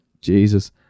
Jesus